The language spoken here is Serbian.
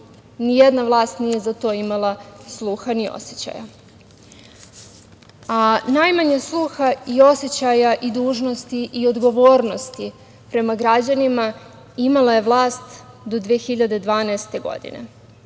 nijedna vlast za to nije imala sluha ni osećaja. Najmanje sluha i osećaja i dužnosti i odgovornosti prema građanima imala je vlast do 2012. godine.